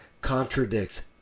contradicts